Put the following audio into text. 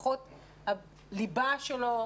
לפחות הליבה שלו.